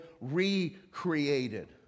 recreated